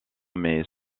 mais